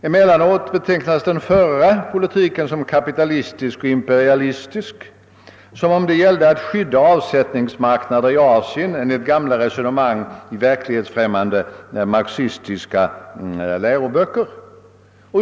Emellanåt betecknas den förra politiken som kapitalistisk och imperialistisk, som om det gällde att skydda avsättningsmarknader i Asien enligt gamla resonemang i verklighetsfrämmande marxistiska läroböcker.